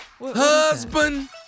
Husband